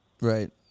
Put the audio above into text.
Right